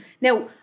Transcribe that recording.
Now